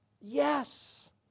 yes